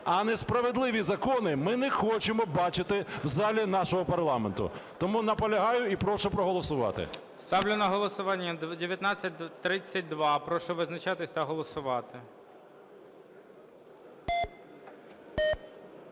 А несправедливі закони ми не хочемо бачити в залі нашого парламенту. Тому наполягаю і прошу проголосувати. ГОЛОВУЮЧИЙ. Ставлю на голосування 1932. Прошу визначатись та голосувати.